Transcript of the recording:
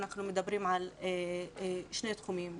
אנחנו מדברים על שני תחומים,